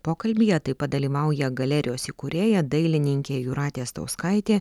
pokalbyje taip pat dalyvauja galerijos įkūrėja dailininkė jūratė stauskaitė